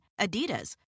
Adidas